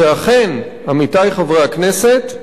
שאכן, עמיתי חברי הכנסת,